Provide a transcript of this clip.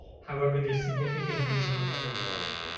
however, there's significant regional variability.